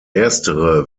erstere